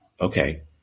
Okay